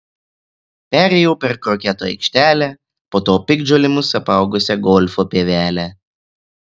perėjau per kroketo aikštelę po to piktžolėmis apaugusią golfo pievelę